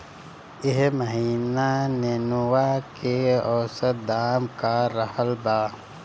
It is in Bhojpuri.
एह महीना नेनुआ के औसत दाम का रहल बा?